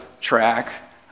track